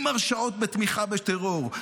עם הרשעות בתמיכה בטרור,